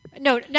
No